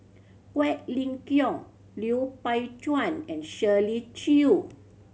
Quek Ling Kiong Lui Pao Chuen and Shirley Chew